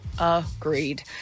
Agreed